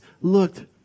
looked